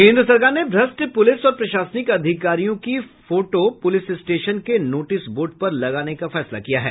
केन्द्र सरकार ने भ्रष्ट पुलिस और प्रशासनिक अधिकारियों की फोटो पुलिस स्टेशन के नोटिस बोर्ड पर लगाने का फैसला किया है